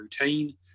routine